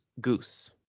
Goose